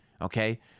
Okay